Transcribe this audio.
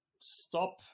Stop